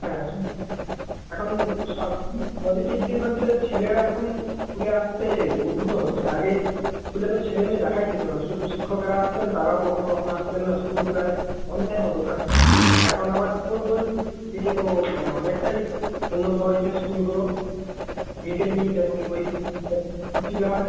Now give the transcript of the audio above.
হ্যাঁ এখন সব পজিটিভ দিক হচ্ছে ছেলেরা এখন স্কুলে আসতে উদ্বুদ্ধ হচ্ছে আগে স্কুলে তো ছেলে মেয়ে দেখাই যেত না শুধু শিক্ষকরা আসতেন তারাও কখনও কখনও আসতেন না স্কুল প্রায় বন্ধের মতো থাকত এখন আমার রিপোর্ট বলছে এদিকে তো মানে অনেকটাই উন্নত হয়েছে স্কুলগুলো মিড ডে মিল এবং বই দেওয়া হচ্ছে